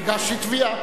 הגשתי תביעה.